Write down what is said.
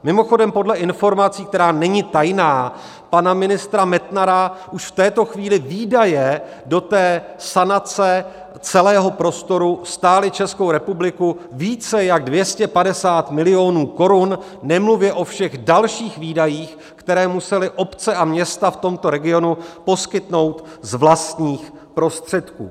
Mimochodem, podle informace, která není tajná, pana ministra Metnara, už v této chvíli výdaje do sanace celého prostoru stály Českou republiku více jak 250 milionů korun, nemluvě o všech dalších výdajích, které musely obce a města v tomto regionu poskytnout z vlastních prostředků.